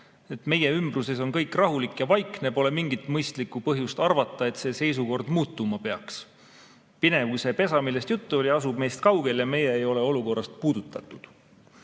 "Meie ümbruses on kõik rahulik ja vaikne. Pole mingit mõistlikku põhjust arvata, et see seisukord muutuma peaks. Pinevuse pesa, millest juttu oli, asub meist kaugel ja meie ei ole olukorrast puudutatud."